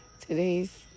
today's